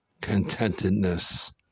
contentedness